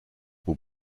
will